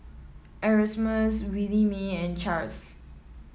Erasmus Williemae and Charls